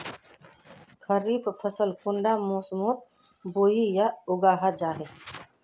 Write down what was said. खरीफ फसल कुंडा मोसमोत बोई या उगाहा जाहा?